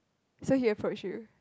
so you have approach you